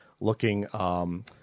looking